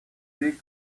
see